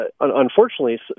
unfortunately